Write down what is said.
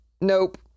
nope